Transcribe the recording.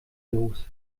los